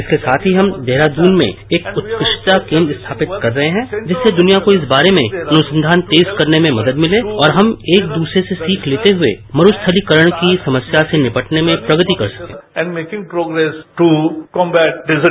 इसके साथ ही हम देहरादून में एक उत्कृष्टता केन्द्र स्थापित कर रहे हैं जिससे दुनिया को इस बारे में अनुसंधान तेज करने में मदद मिले और हम एक दूसरे से सीख लेते हुए मरुस्थलीकरण की समस्या से निपटने में प्रगति कर सकें